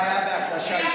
אתה מדבר על טרוריסטים?